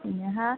अन्यः